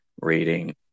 reading